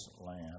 land